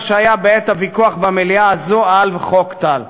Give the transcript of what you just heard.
שהיה בעת הוויכוח במליאה הזו על חוק טל.